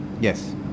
Yes